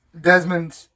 Desmond